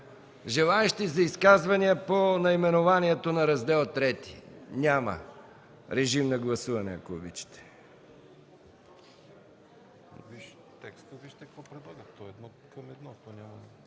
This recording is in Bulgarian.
Желаещи за изказвания по наименованието на Раздел III? Няма. Режим на гласуване, ако обичате.